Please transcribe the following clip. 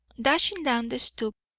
dashing down the stoop,